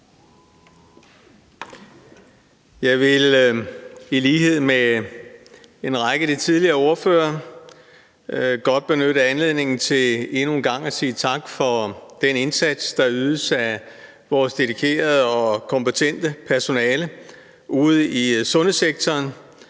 Jeg vil i lighed med en række af de tidligere ordførere godt benytte anledningen til endnu en gang at sige tak for den indsats, der ydes af vores dedikerede og kompetente personale ude i sundhedssektoren.